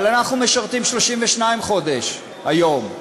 אבל אנחנו משרתים 32 חודש היום,